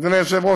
אדוני היושב-ראש,